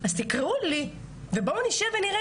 אז תקראו לי ובואו נישב ונראה,